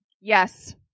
yes